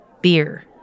beer